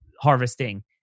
harvesting